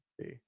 see